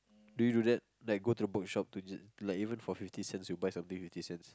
do you do that like go to the bookshop to just like even for fifty cents you will buy something fifty cents